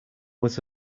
was